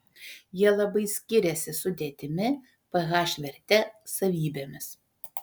jie labai skiriasi sudėtimi ph verte savybėmis